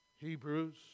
Hebrews